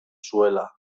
zuela